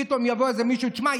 פתאום יבוא איזה מישהו שיאמר: תשמע,